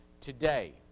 today